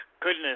Goodness